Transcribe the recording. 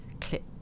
clip